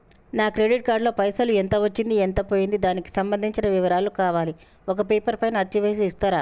నా credit card లో పైసలు ఎంత వచ్చింది ఎంత పోయింది దానికి సంబంధించిన వివరాలు కావాలి ఒక పేపర్ పైన అచ్చు చేసి ఇస్తరా?